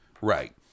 Right